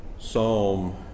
psalm